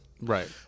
Right